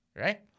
right